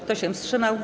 Kto się wstrzymał?